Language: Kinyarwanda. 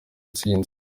ntsinzi